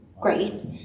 great